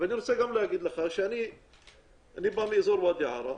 אני בא מאזור ואדי ערה,